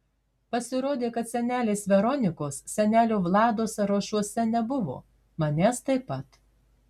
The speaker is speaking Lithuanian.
pasirodė kad senelės veronikos senelio vlado sąrašuose nebuvo manęs taip pat